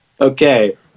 Okay